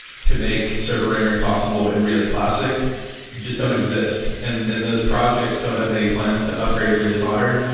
to make server-rendering possible in relay classic just don't exist and and those projects don't have any plans to upgrade to relay modern.